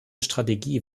strategie